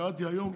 קראתי היום